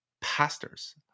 pastors